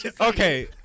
Okay